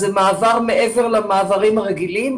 זה מעבר שהוא מעבר למעברים הרגילים.